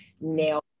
nailed